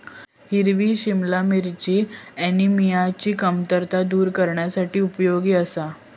हिरवी सिमला मिरची ऍनिमियाची कमतरता दूर करण्यासाठी उपयोगी आसा